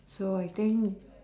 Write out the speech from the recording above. so I think